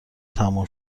تموم